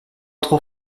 trop